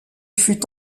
fut